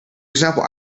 example